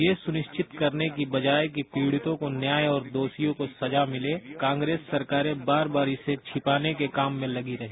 ये सुनिश्चित करने की बजाए कि पीड़ितों को न्याय और दोषियों को सजा मिले कांग्रेस सरकारें बार बार इसे छिपाने के काम में लगी रही